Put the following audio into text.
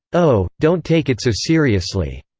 oh, don't take it so seriously.